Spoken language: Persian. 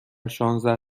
شانزده